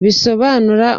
bisobanura